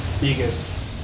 biggest